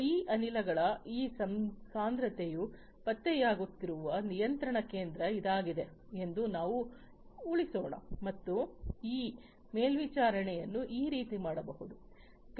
ಈ ಅನಿಲಗಳ ಈ ಸಾಂದ್ರತೆಯು ಪತ್ತೆಯಾಗುತ್ತಿರುವ ನಿಯಂತ್ರಣ ಕೇಂದ್ರ ಇದಾಗಿದೆ ಎಂದು ನಾವು ಉಳಿಸೋಣ ಮತ್ತು ಈ ಮೇಲ್ವಿಚಾರಣೆಯನ್ನು ಈ ರೀತಿ ಮಾಡಬಹುದು